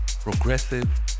progressive